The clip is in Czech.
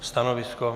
Stanovisko?